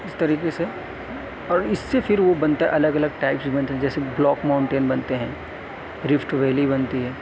اس طریقے سے اور اس سے پھر وہ بنتا ہے الگ الگ ٹائپس بنتے ہیں جیسے بلاک ماؤنٹین بنتے ہیں رفٹ ویلی بنتی ہے